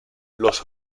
los